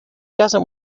doesn’t